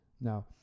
Now